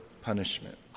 punishment